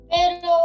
Pero